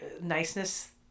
niceness